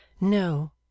no